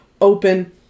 Open